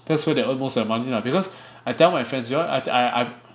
that's where they earn most of their money lah because I tell my friends you want I te~ I